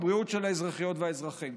הבריאות של האזרחיות והאזרחים.